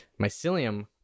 Mycelium